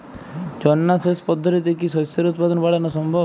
ঝর্না সেচ পদ্ধতিতে কি শস্যের উৎপাদন বাড়ানো সম্ভব?